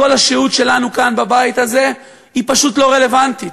כל השהות שלנו כאן בבית הזה היא פשוט לא רלוונטית.